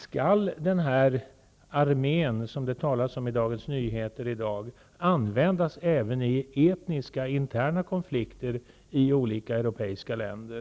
Skall denna armé, som det skrivs om i Dagens Nyheter i dag, användas även vid interna, etniska konflikter i olika europeiska länder?